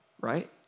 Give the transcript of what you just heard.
Right